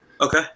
okay